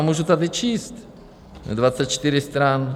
Můžu tady číst, 24 stran.